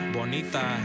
Bonita